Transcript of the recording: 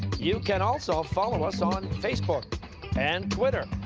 you can also follow us on facebook and twitter.